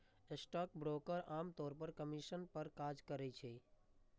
stockbroker आम तौर पर कमीशन पर काज करै छै